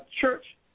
church